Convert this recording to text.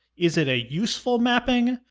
is it a useful mapping?